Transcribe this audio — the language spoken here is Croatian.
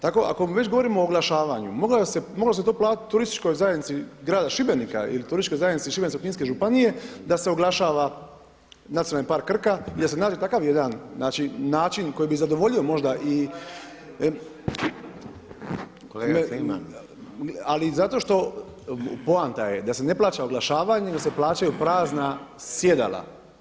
Tako ako već govorimo o oglašavanju moglo se to platiti turističkoj zajednici grada Šibenika ili Turističkoj zajednici Šibensko-kninske županije da se oglašava nacionalni park Krka i da se nađe takav jedan, znači način koji bi zadovoljio možda i …… [[Upadica se ne čuje.]] [[Upadica Reiner: Kolega Kliman.]] Ali i zato što, poanta je da se ne plaća oglašavanje nego se plaćaju prazna sjedala.